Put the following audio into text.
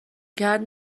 کرد